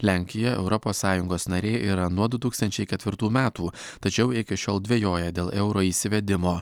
lenkija europos sąjungos narė yra nuo du tūkstančiai ketvirtų metų tačiau iki šiol dvejoja dėl euro įsivedimo